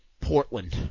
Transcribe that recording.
Portland